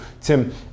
Tim